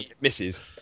Misses